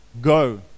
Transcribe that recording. Go